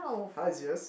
!huh! you serious